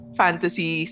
fantasy